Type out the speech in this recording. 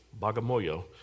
Bagamoyo